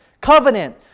covenant